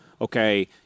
okay